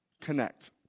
Connect